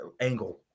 angle